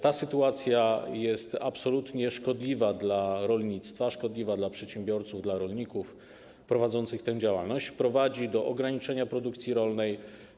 Ta sytuacja jest absolutnie szkodliwa dla rolnictwa, dla przedsiębiorców, dla rolników prowadzących tę działalność, prowadzi do ograniczenia produkcji rolnej.